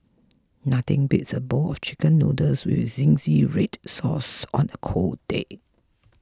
nothing beats a bowl of Chicken Noodles with Zingy Red Sauce on a cold day